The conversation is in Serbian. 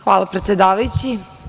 Hvala predsedavajući.